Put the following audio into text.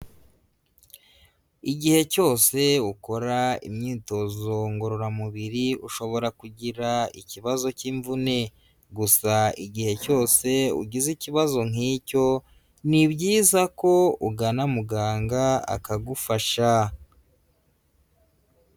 Igihe cyose, ukora, imyitozo, ngororamubiri, ushobora kugira, ikibazo cy' imvune. Gusa igihe cyose ugize ikibazo nk'icyo, ni byiza ko, ugana muganga, akagufasha.